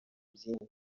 byinshi